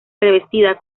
revestida